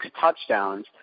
touchdowns